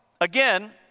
Again